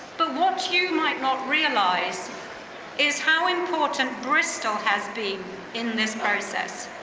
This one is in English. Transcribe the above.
but what you might not realize is how important bristol has been in this process.